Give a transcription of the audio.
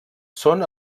són